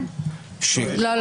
לא.